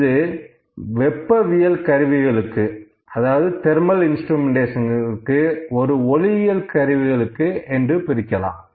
இது வெப்பவியல் கருவிகளுக்கு இது ஒளியியல் கருவிகளுக்கு என்று பிரிக்கலாம்